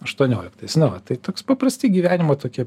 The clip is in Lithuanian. aštuonioliktais na va tai toks paprasti gyvenimo tokie